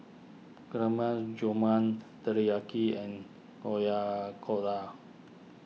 Gulab Jamun Teriyaki and Oyakoda